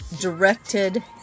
directed